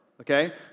okay